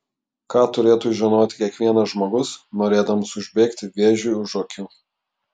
ką turėtų žinoti kiekvienas žmogus norėdamas užbėgti vėžiui už akių